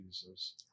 Jesus